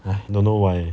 !hais! don't know why